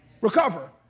Recover